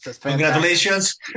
congratulations